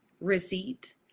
receipt